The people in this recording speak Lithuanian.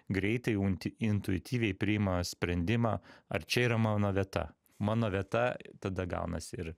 greitai unti intuityviai priima sprendimą ar čia yra mano vieta mano vieta tada gaunas ir